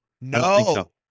No